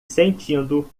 sentindo